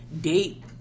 date